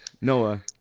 Noah